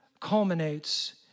culminates